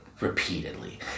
repeatedly